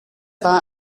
war